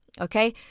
Okay